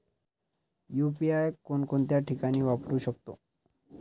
UPI कोणकोणत्या ठिकाणी वापरू शकतो?